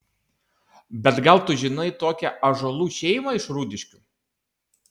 bet gal tu žinai tokią ąžuolų šeimą iš rūdiškių